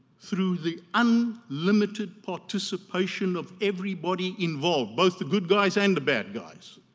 through the um like unlimited participation of everybody involved, both the good guys and the bad guys.